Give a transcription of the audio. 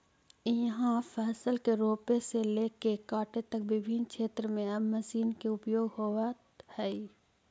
इहाँ फसल के रोपे से लेके काटे तक विभिन्न क्षेत्र में अब मशीन के उपयोग होइत हइ